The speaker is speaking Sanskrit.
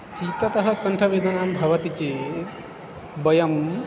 शीततः कण्ठवेदना भवति चेत् वयम्